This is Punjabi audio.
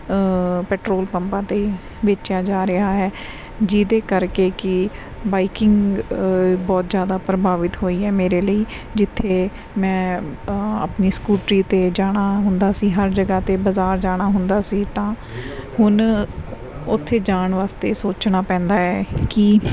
ਪੈਟਰੋਲ ਪੰਪਾਂ 'ਤੇ ਵੇਚਿਆ ਜਾ ਰਿਹਾ ਹੈ ਜਿਹਦੇ ਕਰਕੇ ਕਿ ਬਾਈਕਿੰਗ ਬਹੁਤ ਜ਼ਿਆਦਾ ਪ੍ਰਭਾਵਿਤ ਹੋਈ ਹੈ ਮੇਰੇ ਲਈ ਜਿੱਥੇ ਮੈਂ ਆਪਣੀ ਸਕੂਟਰੀ 'ਤੇ ਜਾਣਾ ਹੁੰਦਾ ਸੀ ਹਰ ਜਗ੍ਹਾ 'ਤੇ ਬਾਜ਼ਾਰ ਜਾਣਾ ਹੁੰਦਾ ਸੀ ਤਾਂ ਹੁਣ ਉੱਥੇ ਜਾਣ ਵਾਸਤੇ ਸੋਚਣਾ ਪੈਂਦਾ ਹੈ ਕਿ